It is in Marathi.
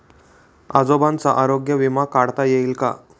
आजोबांचा आरोग्य विमा काढता येईल का?